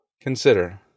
Consider